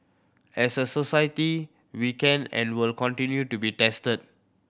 as a society we can and will continue to be tested